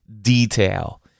detail